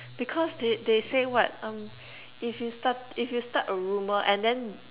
because they they say what um if you start if you start a rumor and then